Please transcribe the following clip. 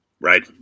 right